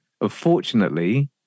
Unfortunately